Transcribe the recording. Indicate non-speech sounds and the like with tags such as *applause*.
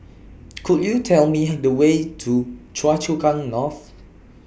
*noise* Could YOU Tell Me Her The Way to Choa Chu Kang North